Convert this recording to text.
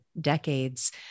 decades